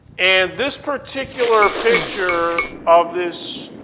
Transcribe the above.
and this particular picture of this